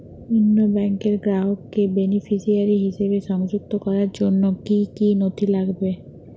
অন্য ব্যাংকের গ্রাহককে বেনিফিসিয়ারি হিসেবে সংযুক্ত করার জন্য কী কী নথি লাগবে?